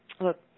look